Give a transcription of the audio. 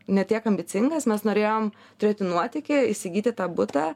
ne tiek ambicingas mes norėjom turėti nuotykį įsigyti tą butą